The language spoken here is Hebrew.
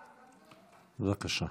בבקשה.